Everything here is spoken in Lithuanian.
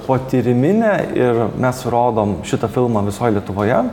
potyriminė ir mes rodom šitą filmą visoj lietuvoje